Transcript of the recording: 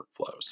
workflows